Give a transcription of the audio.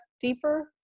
deeper